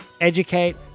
educate